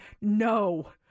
no